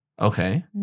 Okay